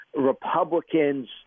republicans